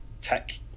tech